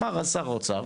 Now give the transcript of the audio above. אמר שר האוצר,